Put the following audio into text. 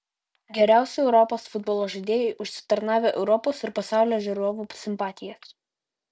geriausi europos futbolo žaidėjai užsitarnavę europos ir pasaulio žiūrovų simpatijas